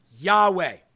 Yahweh